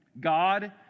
God